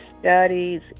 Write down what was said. studies